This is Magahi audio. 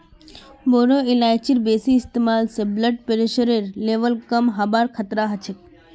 बोरो इलायचीर बेसी इस्तमाल स ब्लड प्रेशरेर लेवल कम हबार खतरा ह छेक